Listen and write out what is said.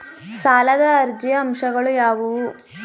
ಸಾಲದ ಅರ್ಜಿಯ ಅಂಶಗಳು ಯಾವುವು?